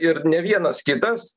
ir ne vienas kitas